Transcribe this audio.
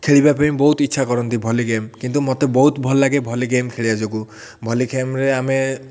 ଖେଳିବା ପାଇଁ ବହୁତ ଇଚ୍ଛା କରନ୍ତି ଭଲି ଗେମ୍ କିନ୍ତୁ ମୋତେ ବହୁତ ଭଲ ଲାଗେ ଭଲି ଗେମ୍ ଖେଳିବା ଯୋଗୁଁ ଭଲି ଗେମ୍ରେ ଆମେ